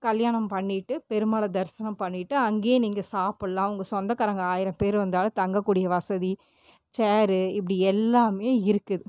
கல்யாணம் பண்ணிகிட்டு பெருமாளை தரிசனம் பண்ணிகிட்டு அங்கேயே நீங்கள் சாப்பிட்லாம் உங்கள் சொந்தக்காரங்க ஆயிரம் பேர் வந்தாலும் தங்கக்கூடிய வசதி சேரு இப்படி எல்லாமே இருக்குது